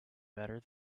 better